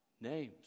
Names